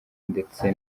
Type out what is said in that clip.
ndetse